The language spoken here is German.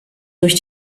durch